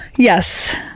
yes